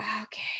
okay